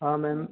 हाँ मैम